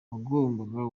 wagombaga